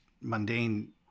mundane